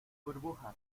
burbuja